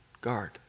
guard